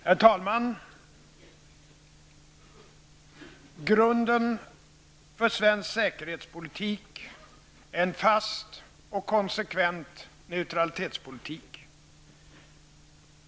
Herr talman! Grunden för svensk säkerhetspolitik är en fast och konsekvent neutralitetspolitik.